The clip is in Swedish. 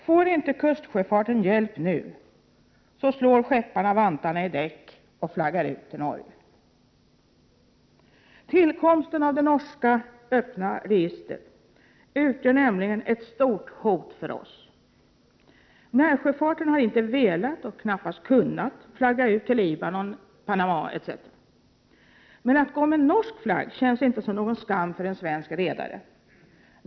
Får inte kustsjöfarten hjälp nu, slår skepparna vantarna i däck och flaggar ut till Norge. Tillkomsten av det norska öppna registret utgör nämligen ett stort hot för oss. Närsjöfarten har inte velat — och knappast kunnat — flagga ut till Libanon, Panama etc. Men att gå med norsk flagg känns inte som någon skam för en svensk redare.